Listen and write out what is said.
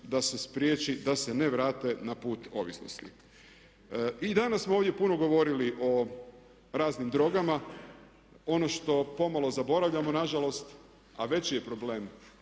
da se spriječi da se ne vrate na put ovisnosti. I danas smo ovdje puno govorili o raznim drogama. Ono što pomalo zaboravljamo na žalost a veći je problem